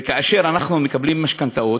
וכאשר אנחנו מקבלים משכנתאות,